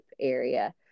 area